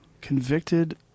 Convicted